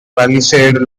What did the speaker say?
palisade